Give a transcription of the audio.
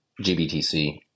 GBTC